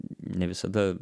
ne visada